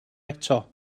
eto